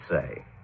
say